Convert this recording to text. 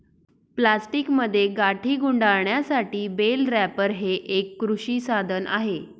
प्लास्टिकमध्ये गाठी गुंडाळण्यासाठी बेल रॅपर हे एक कृषी साधन आहे